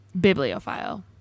Bibliophile